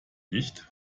nicht